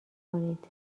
کنید